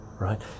right